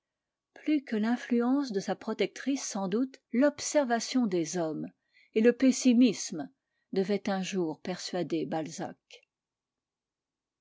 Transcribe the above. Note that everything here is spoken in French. plus que l'influence de sa protectrice sans doute l'observation des hommes et le pessimisme devaient un jour persuader balzac